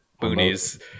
boonies